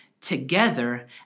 together